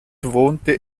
wohnte